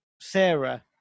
Sarah